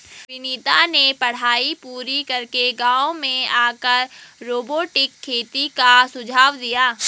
विनीत ने पढ़ाई पूरी करके गांव में आकर रोबोटिक खेती का सुझाव दिया